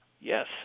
Yes